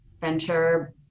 venture